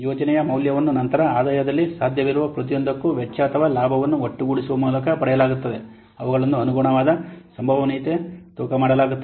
ಯೋಜನೆಯ ಮೌಲ್ಯವನ್ನು ನಂತರ ಆದಾಯದಲ್ಲಿ ಸಾಧ್ಯವಿರುವ ಪ್ರತಿಯೊಂದಕ್ಕೂ ವೆಚ್ಚ ಅಥವಾ ಲಾಭವನ್ನು ಒಟ್ಟುಗೂಡಿಸುವ ಮೂಲಕ ಪಡೆಯಲಾಗುತ್ತದೆ ಅವುಗಳನ್ನು ಅನುಗುಣವಾದ ಸಂಭವನೀಯತೆ ತೂಕ ಮಾಡಲಾಗುತ್ತದೆ